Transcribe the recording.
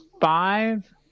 five